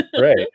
right